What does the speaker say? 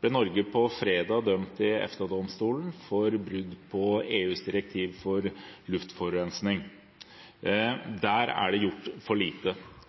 ble Norge på fredag dømt i EFTA-domstolen for brudd på EUs direktiv for luftforurensning. Der er det gjort for lite,